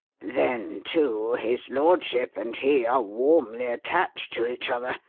then, too, his lordship and he are warmly attached to each other.